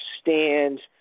stand